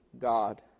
God